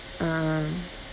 ah